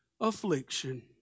affliction